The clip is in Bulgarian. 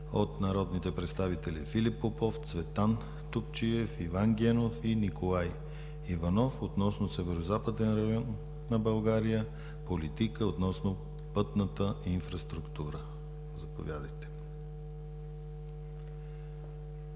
от народните представители Филип Попов, Цветан Топчиев, Иван Генов и Николай Иванов относно Северозападен район на България – политика относно пътната инфраструктура. Заповядайте, господин